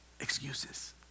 excuses